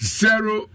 zero